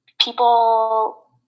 people